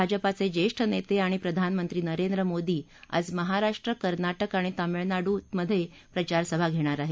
भाजपाचे ज्येष्ठ नेते आणि प्रधानमंत्री नरेंद्र मोदी आज महाराष्ट्र कर्नाटक आणि तामिळनाडू प्रचारसभा घेणार आहेत